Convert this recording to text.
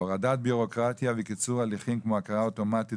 הורדת ביורוקרטיה וקיצור הליכים כמו הכרה אוטומטית